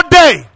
day